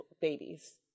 babies